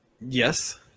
Yes